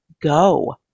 go